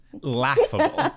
laughable